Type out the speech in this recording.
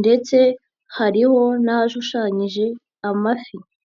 ndetse hariho n'ahashushanyije amafi.